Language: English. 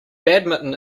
badminton